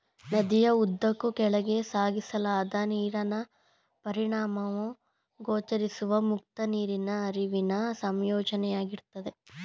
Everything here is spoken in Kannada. ನದಿಯ ಉದ್ದಕ್ಕೂ ಕೆಳಕ್ಕೆ ಸಾಗಿಸಲಾದ ನೀರಿನ ಪರಿಮಾಣವು ಗೋಚರಿಸುವ ಮುಕ್ತ ನೀರಿನ ಹರಿವಿನ ಸಂಯೋಜನೆಯಾಗಿರ್ತದೆ